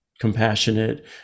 compassionate